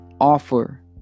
Offer